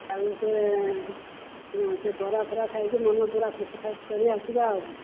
ଆଉ ସେ ହଁ ସେ ବରା ଫରା ଖାଇକି ମନ ପୁରା ଖୁସି ଖାସ କରି ଆସିବା ଆଉ